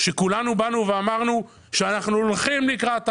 שכולנו באנו ואמרנו שאנחנו הולכים לקראת העסקים,